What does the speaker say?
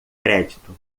crédito